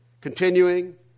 continuing